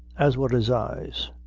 as were his eyes